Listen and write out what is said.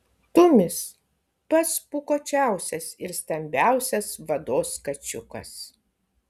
tumis pats pūkuočiausias ir stambiausias vados kačiukas